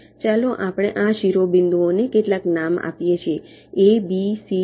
ચાલો આપણે આ શિરોબિંદુઓને કેટલાક નામ પણ આપીએ ABCDE અને F